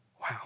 Wow